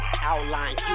outline